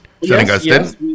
yes